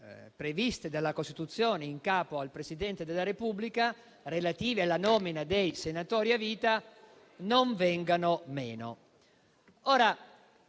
previste dalla Costituzione in capo al Presidente della Repubblica, relative alla nomina dei senatori a vita, non vengano meno.